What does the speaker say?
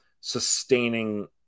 sustaining